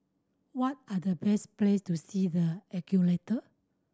what are the best places to see the Ecuador